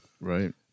Right